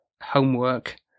homework